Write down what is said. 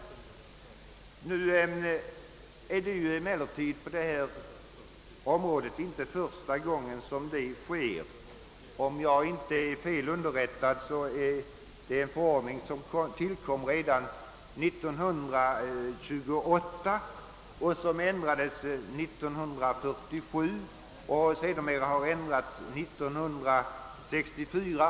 Nu är det emellertid inte första gången som det sker på detta område. Om jag inte är fel underrättad tillkom denna förordning redan 1928. Den ändrades 1947 och har sedermera ändrats 1964.